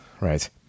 right